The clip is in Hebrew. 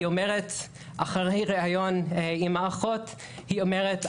אחרי ראיון עם האחות היא אומרת,